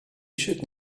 should